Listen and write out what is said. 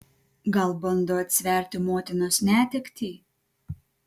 gal bando atsverti motinos netektį